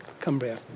Cumbria